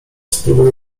spróbuję